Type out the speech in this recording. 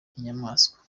inyamaswa